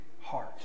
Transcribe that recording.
heart